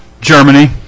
Germany